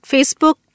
Facebook